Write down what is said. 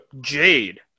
jade